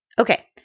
Okay